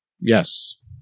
Yes